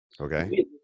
Okay